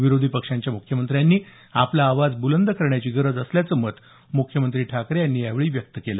विरोधी पक्षांच्या मुख्यमंत्र्यांनी आपला आवाज बुलंद करण्याची गरज असल्याचं मत मुख्यमंत्री ठाकरे यांनी यावेळी व्यक्त केलं